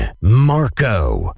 Marco